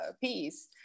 piece